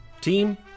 Team